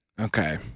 Okay